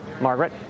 Margaret